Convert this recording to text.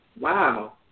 Wow